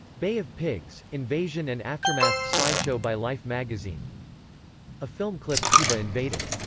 bay of pigs invasion and aftermath slideshow by life magazine a film clip cuba invaded.